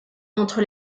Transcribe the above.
entre